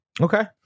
Okay